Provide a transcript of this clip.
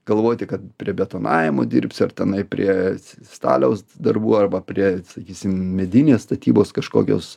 galvoti kad prie betonavimo dirbsi ar tenai prie staliaus darbų arba prie sakysim medinės statybos kažkokios